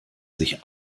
sich